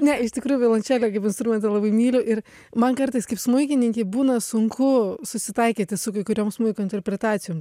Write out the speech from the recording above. ne iš tikrųjų violončelę kaip instrumentą labai myliu ir man kartais kaip smuikininkei būna sunku susitaikyti su kai kuriom smuiko interpretacijom